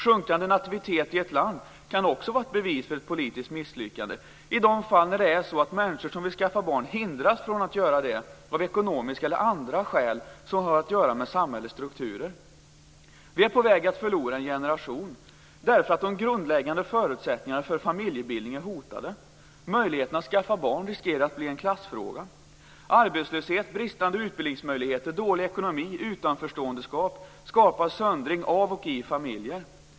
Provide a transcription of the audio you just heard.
Sjunkande nativitet i ett land kan också vara ett bevis för ett politiskt misslyckande i de fall när människor som vill skaffa barn hindras från att göra det av ekonomiska eller andra skäl som har att göra med samhällets strukturer. Vi är på väg att förlora en generation därför att de grundläggande förutsättningarna för familjebildning är hotade. Möjligheten att skaffa barn riskerar att bli en klassfråga. Arbetslöshet, bristande utbildningsmöjligheter, dålig ekonomi och utanförståendeskap skapar söndring av och i familjer.